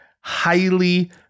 highly